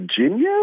Virginia